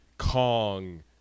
kong